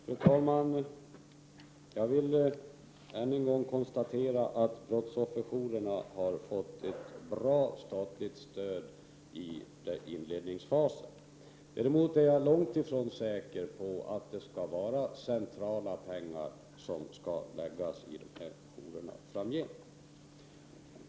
Fru talman! Jag vill än en gång konstatera att brottsofferjourerna har fått ett bra statligt stöd i inledningsfasen. Däremot är jag långt ifrån säker på att det skall vara centrala pengar som skall läggas i de här jourerna framgent.